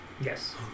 Yes